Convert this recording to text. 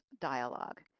Dialogue